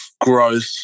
growth